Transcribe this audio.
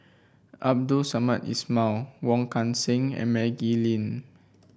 Abdul Samad Ismail Wong Kan Seng and Maggie Lim